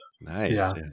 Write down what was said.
Nice